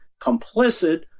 complicit